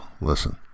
Listen